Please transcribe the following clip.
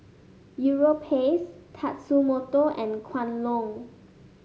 Europace Tatsumoto and Kwan Loong